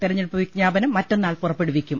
തിരഞ്ഞെടുപ്പ് വിജ്ഞാനം മറ്റന്നാൾ പുറപ്പെടുവിക്കും